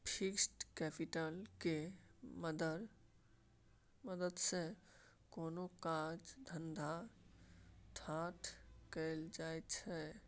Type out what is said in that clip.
fixed capital केर मदद सँ कोनो काज धंधा ठाढ़ कएल जाइ छै